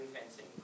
fencing